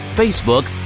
facebook